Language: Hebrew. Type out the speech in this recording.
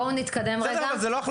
בואו נתקדם רגע.